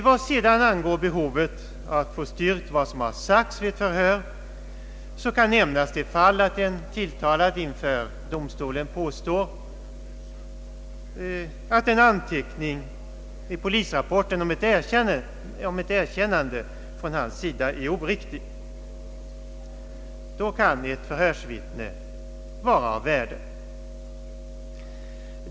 Vad sedan angår behovet att få styrkt vad som sagts vid ett förhör så kan nämnas det fallet, att en tilltalad inför domstolen påstår att en anteckning i polisrapporten om ett erkännande från hans sida är oriktigt. Då kan ett förhörsvittne vara av värde.